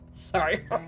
Sorry